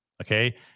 Okay